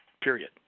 period